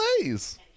plays